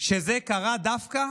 שזה קרה דווקא